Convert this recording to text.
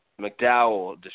McDowell